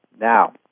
Now